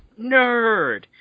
nerd